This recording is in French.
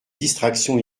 distraction